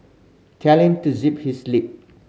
tell him to zip his lip